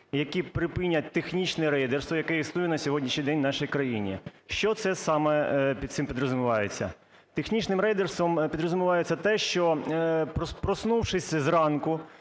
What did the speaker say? які припинять технічне рейдерство, яке існує на сьогоднішній день в нашій країні. Що це саме під цим підразумівається. Під технічним рейдерством підразумівається те, що проснушись зранку,